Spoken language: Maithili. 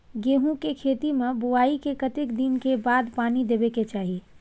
गेहूँ के खेती मे बुआई के कतेक दिन के बाद पानी देबै के चाही?